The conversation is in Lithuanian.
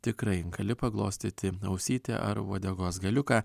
tikrai gali paglostyti ausytę ar uodegos galiuką